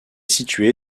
située